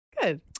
Good